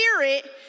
spirit